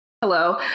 hello